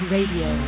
Radio